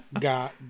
Got